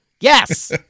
Yes